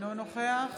אינו נוכח